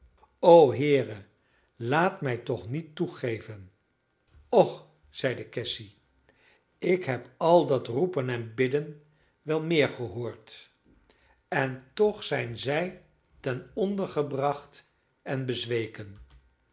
o heere laat mij toch niet toegeven och zeide cassy ik heb al dat roepen en bidden wel meer gehoord en toch zijn zij ten onder gebracht en bezweken